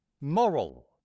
moral